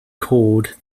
cord